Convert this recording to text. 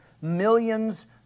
millions